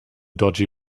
dodgy